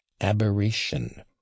aberration